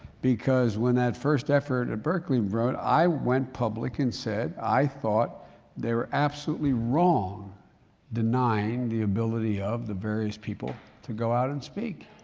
because when that first effort at berkeley rose i went public and said i thought they were absolutely wrong denying the ability of the various people to go out and speak.